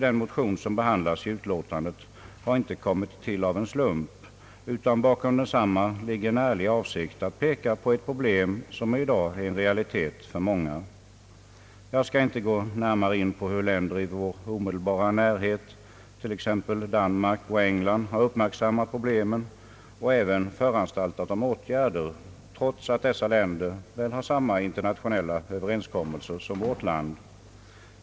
De motioner som behandlas i utlåtandet har inte kommit till av en slump, utan bakom desamma ligger en ärlig avsikt att peka på ett problem, som i dag är en realitet för många. Jag skall inte gå närmare in på hur länder i vår omedelbara närhet, t.ex. Danmark och England, har uppmärksammat problemen och även föranstaltat om åtgärder, trots att dessa länder väl har samma internationella överenskommelser som vårt land.